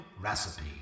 recipe